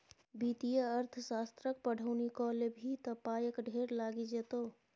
वित्तीय अर्थशास्त्रक पढ़ौनी कए लेभी त पायक ढेर लागि जेतौ